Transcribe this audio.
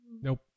Nope